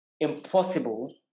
impossible